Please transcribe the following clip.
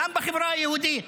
גם בחברה היהודית.